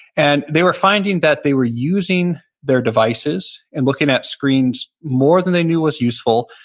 and they were finding that they were using their devices and looking at screens more than they knew was useful,